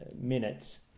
minutes